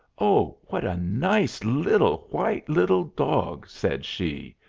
oh, what a nice little, white little dog! said she.